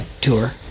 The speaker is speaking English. tour